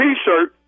T-shirt